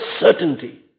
certainty